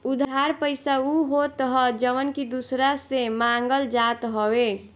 उधार पईसा उ होत हअ जवन की दूसरा से मांगल जात हवे